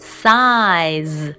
size